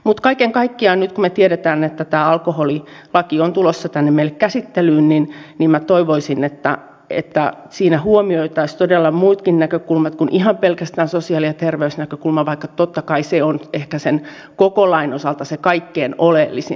mutta kaiken kaikkiaan nyt kun me tiedämme että alkoholilaki on tulossa tänne meille käsittelyyn niin minä toivoisin että siinä todella huomioitaisiin muutkin näkökulmat kuin ihan pelkästään sosiaali ja terveysnäkökulma vaikka totta kai se on ehkä koko lain osalta se kaikkein oleellisin